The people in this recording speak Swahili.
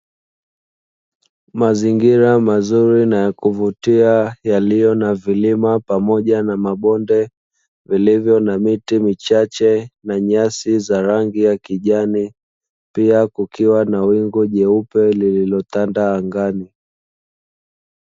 Mazingira mazuri na ya kuvutia yaliyo na vilima pamoja na mabonde vilivyo na miti michache na nyasi za rangi ya kijani pia kukiwa na wingu jeupe lililotanda angani.